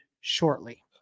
shortly